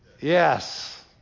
Yes